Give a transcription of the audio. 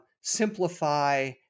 Simplify